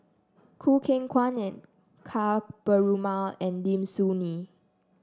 Choo Keng Kwang and Ka Perumal and Lim Soo Ngee